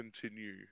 continue